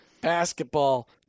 basketball